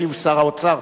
ישיב שר האוצר.